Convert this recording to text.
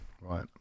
right